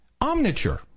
Omniture